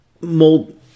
Mold